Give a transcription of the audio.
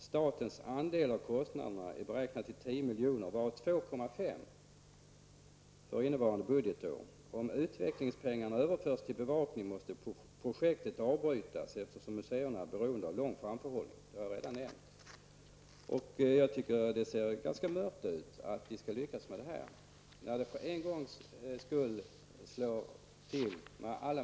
Statens andel av kostnaderna är beräknad till 10 milj.kr., varav 2,5 för innevarande budgetår. Om utvecklingspengarna överförs till bevakning måste projektet avbrytas eftersom museerna är beroende av lång framförhållning. Det har jag redan nämnt. Jag tycker att det ser ganska mörkt ut när det gäller förutsättningarna för att man skall lyckas med detta.